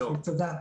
תודה.